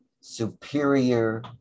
superior